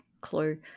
clue